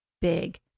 big